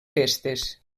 festes